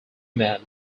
man